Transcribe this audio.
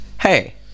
Hey